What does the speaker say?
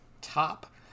top